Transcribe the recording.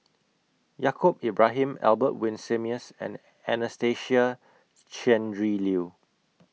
Yaacob Ibrahim Albert Winsemius and Anastasia Tjendri Liew